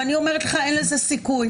ואני אומרת לך: אין לזה סיכוי.